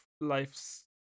life's